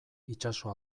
itsaso